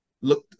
look